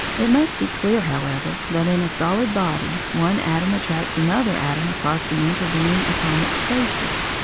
it must be clear, however, that in a solid body one atom attracts another atom across the intervening atomic spaces.